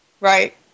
Right